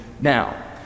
now